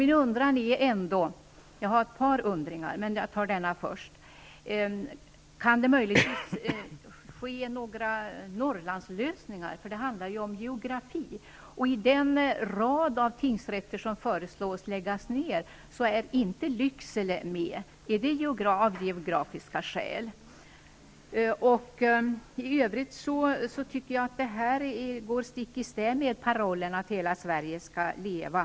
Min undran är: Kan det möjligen ske några Norrlandslösningar? Det handlar ju om geografi. I den rad av tingsrätter som föreslås bli nedlagda finns inte Lycksele med. Är det av geografiska skäl? I övrigt tycker jag att detta går stick i stäv med parollen att hela Sverige skall leva.